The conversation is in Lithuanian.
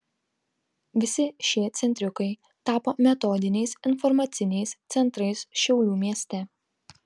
visi šie centriukai tapo metodiniais informaciniais centrais šiaulių mieste